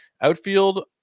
Outfield